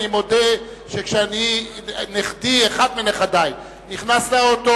אבל אני מודה שכשאחד מנכדי נכנס לאוטו